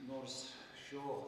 nors šio